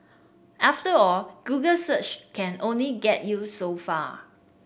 after all Google search can only get you so far